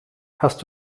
hast